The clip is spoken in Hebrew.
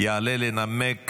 יעלה לנמק